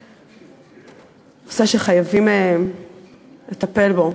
זה נושא שחייבים לטפל בו.